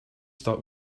stock